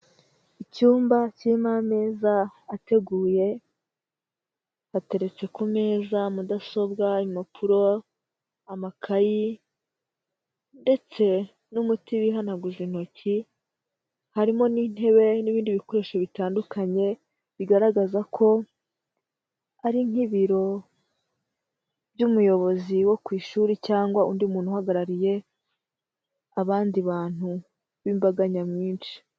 Icyumba kirimo ameza ateguye, hateretse ku meza mudasobwa, impapuro, amakayi, ndetse n'umuti bihanaguza intoki, harimo n'intebe n'ibindi bikoresho bitandukanye, bigaragaza ko ari nk'ibiro by'umuyobozi wo ku ishuri cyangwa undi muntu uhagarariye, abandi bantu b'imbaga nyamwinshi.